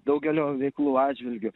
daugelio veiklų atžvilgiu